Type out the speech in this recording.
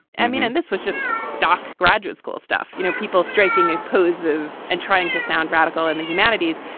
i mean, and this was just stock graduate school stuff, you know, people striking a poses and trying to sound radical in the humanities.